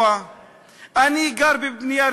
אני גר בבניין גבוה,